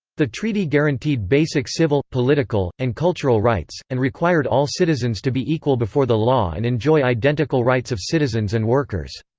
the treaty guaranteed basic civil, political, and cultural rights, and required all citizens to be equal before the law and enjoy identical rights of citizens and workers.